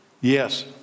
Yes